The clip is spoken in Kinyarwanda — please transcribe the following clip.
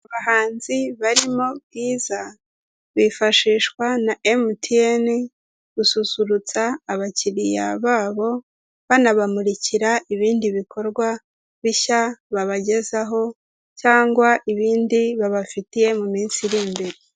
Abahanzi barimo Bwiza, bifashishwa na emutiyene gususurutsa abakiliya babo, banabamurikira ibindi bikorwa bishya babagezaho cyangwa ibindi babafitiye mu minsi iri imbere.